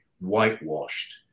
whitewashed